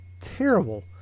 terrible